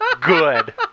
Good